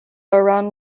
around